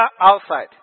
outside